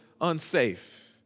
unsafe